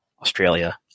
Australia